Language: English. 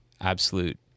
absolute